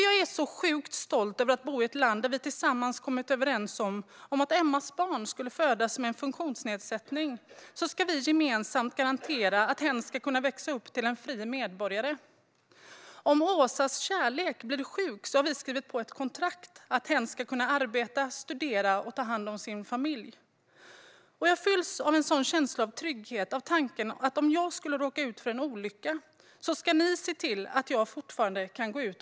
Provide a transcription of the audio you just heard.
Jag är så sjukt stolt över att bo i ett land där vi tillsammans har kommit överens om att vi gemensamt ska garantera att Emmas barn ska kunna växa upp till en fri medborgare om hen skulle födas med en funktionsnedsättning. Vi har skrivit på ett kontrakt om att Åsas kärlek, om hen blir sjuk, ska kunna arbeta, studera och ta hand om sin familj. Jag fylls av en känsla av trygghet när jag tänker tanken att ni ska se till att jag fortfarande kan gå ut och dansa om jag skulle råka ut för en olycka.